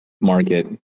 market